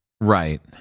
Right